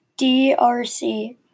DRC